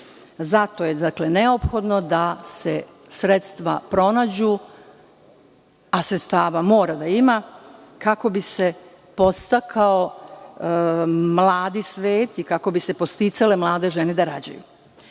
Zato je neophodno da se sredstva pronađu, a sredstava mora da ima, kako bi se podstakao mladi svet i kako bi se podsticale mlade žene da rađaju. Kao